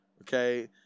okay